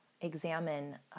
examine